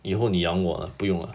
以后你养我不用了